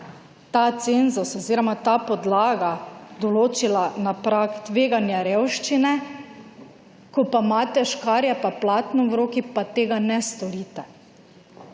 ta cenzus oziroma ta podlaga določila na prag tveganja revščine, ko pa imate škarje pa platno v roki, pa tega ne storite.